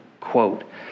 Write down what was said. quote